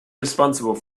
responsible